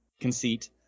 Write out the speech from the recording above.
conceit